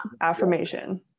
affirmation